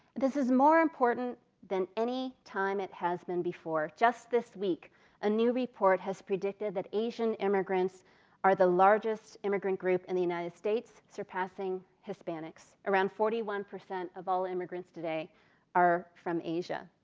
this is more important than any time it has been before. just this week a new report predicted that asian immigrants are the largest immigrant group in the united states surpassing hispanics. around forty one percent of all immigrants today are from asia.